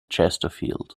chesterfield